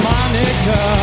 Monica